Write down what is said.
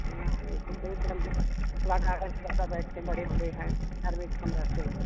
हाँ वैसे क्योंकि हमें बैठते हैं बड़े बूढ़े हैं कम रहते हैं